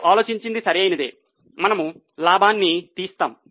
మీరు ఆలోచించిన్ది సరైనదే మనము లాభాన్ని తీస్తాం